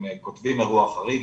הם כותבים אירוע חריג,